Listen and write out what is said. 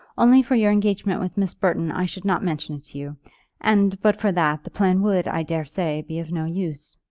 only for your engagement with miss burton i should not mention it to you and, but for that, the plan would, i daresay, be of no use.